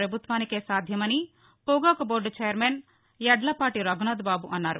పభుత్వానికే సాధ్యమని పొగాకు board chairman Yadlapati Raghunath Babu అన్నారు